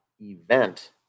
event